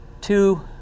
two